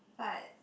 but